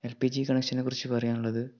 L P G കണക്ഷനെക്കുറിച്ച് പറയാനുള്ളത്